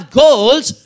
goals